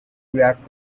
rapped